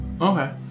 Okay